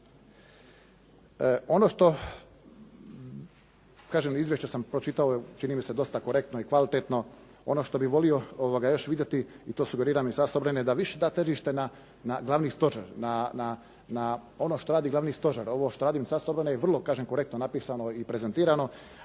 Ono što kažem izvješća sam pročitao čini mi se dosta korektno i kvalitetno. Ono što bih volio još vidjeti i to sugeriram i Ministarstvu obrane da da više težište na Glavni stožer, na ono što radi Glavni stožer. Ovo što radi Ministarstvo obrane je vrlo kažem korektno napisano i prezentirano.